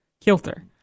Kilter